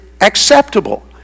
acceptable